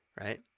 right